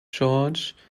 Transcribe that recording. george